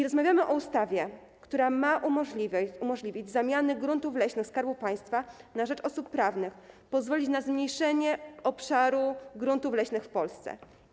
Rozmawiamy o ustawie, która ma umożliwić zamianę gruntów leśnych Skarbu Państwa na rzecz osób prawnych, pozwolić na zmniejszenie obszaru gruntów leśnych w Polsce.